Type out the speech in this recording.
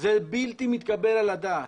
זה בלתי מתקבל על הדעת.